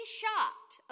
shocked